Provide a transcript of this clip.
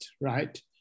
right